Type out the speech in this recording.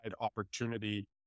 opportunity